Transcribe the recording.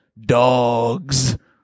dogs